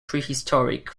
prehistoric